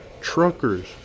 truckers